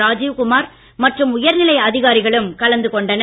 ராஜீவ்குமார் மற்றும் உயர்நிலை அதிகாரிகளும் கலந்து கொண்டனர்